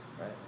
right